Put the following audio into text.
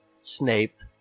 Snape